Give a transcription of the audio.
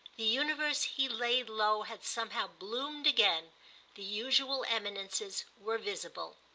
the universe he laid low had somehow bloomed again the usual eminences were visible.